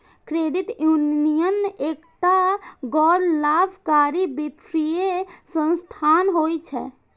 credit union एकटा गैर लाभकारी वित्तीय संस्थान होइ छै